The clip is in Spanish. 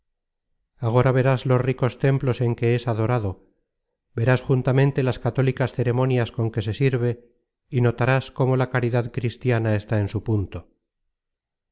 agora verás los ricos templos en que es adorado verás juntamente las católicas ceremonias con que se sirve y notarás como la caridad cristiana está en su punto